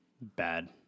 Bad